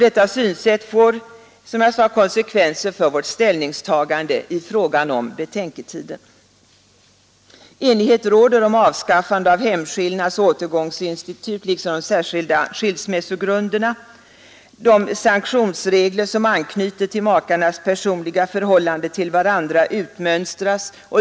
Detta synsätt får konsekvenser för vårt ställningstagande i fråga om betänketiden. Enighet råder om avskaffande av hemskillnadsoch återgångsinstitut liksom de särskilda skilsmässogrunderna. De sanktionsregler som anknyter till makarnas personliga förhållande till varandra utmönstras.